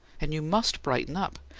and you must brighten up!